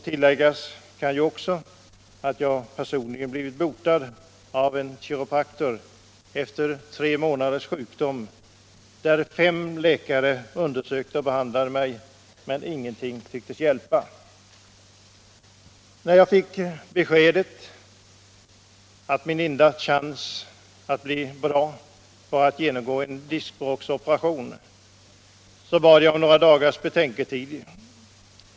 Tilläggas kan, att jag personligen blivit botad av en kiropraktor efter tre månaders sjukdom, där fem läkare undersökte och behandlade mig, men ingenting tycktes hjälpa. När jag fick beskedet att min enda chans att bli bra var att genomgå en diskbråcksoperation, bad jag om några dagars betänketid.